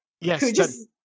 Yes